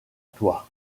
toi